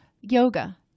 yoga